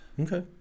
Okay